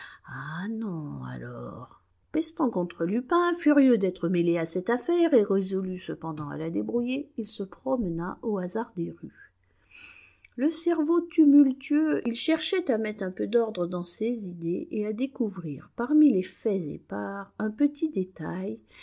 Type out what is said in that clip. ah non alors pestant contre lupin furieux d'être mêlé à cette affaire et résolu cependant à la débrouiller il se promena au hasard des rues le cerveau tumultueux il cherchait à mettre un peu d'ordre dans ses idées et à découvrir parmi les faits épars un petit détail